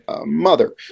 mother